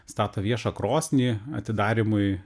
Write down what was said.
stato viešą krosnį atidarymui